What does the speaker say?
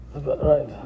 Right